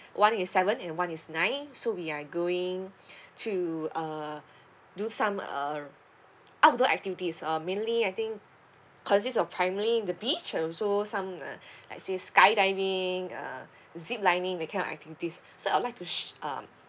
one is seven and one is nine so we are going to uh do some uh outdoor activities um mainly I think consist of primely the beach also some uh like say sky diving uh zip lining that kind of activities so I'd like to s~ um